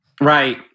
Right